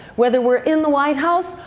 whether we are in the white house,